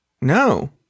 No